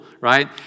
right